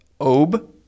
ob